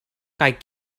kaj